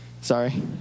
Sorry